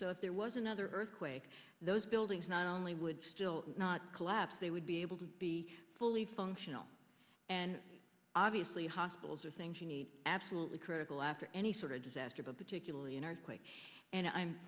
so if there was another earthquake those buildings not only would still not collapse they would be able to be fully functional and obviously hospitals are things you need absolutely critical after any sort of disaster but particularly in earthquake and i'm